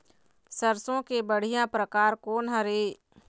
सरसों के बढ़िया परकार कोन हर ये?